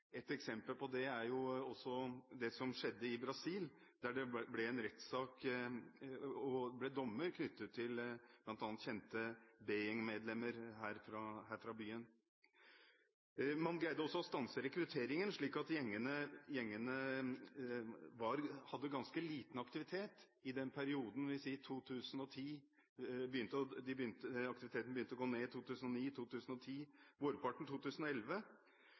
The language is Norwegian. Et eksempel på det er det som skjedde i Brasil, der det ble rettssak og dommer knyttet til bl.a. kjente B-gjengmedlemmer her fra byen. Man greide også å stanse rekrutteringen, slik at gjengene hadde ganske liten aktivitet i en periode – dvs. aktiviteten begynte å gå ned i 2009, 2010 og på vårparten 2011. Vi så at det begynte å dukke opp noen episoder igjen senhøstes 2011